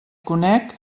conec